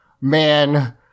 man